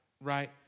Right